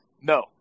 No